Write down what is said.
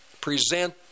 present